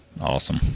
awesome